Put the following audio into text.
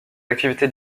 activités